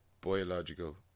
biological